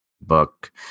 book